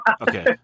Okay